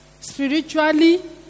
spiritually